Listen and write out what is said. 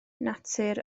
natur